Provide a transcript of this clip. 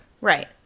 Right